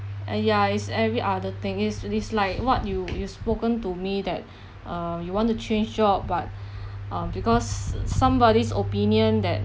uh ya is every other thing is is like what you you spoken to me that uh you want to change job but um because s~ somebody's opinion that